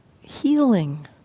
healing